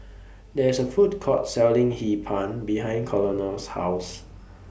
There IS A Food Court Selling Hee Pan behind Colonel's House